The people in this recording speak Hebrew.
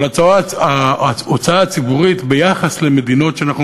אבל ההוצאה הציבורית ביחס למדינות שאנחנו